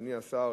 אדוני השר,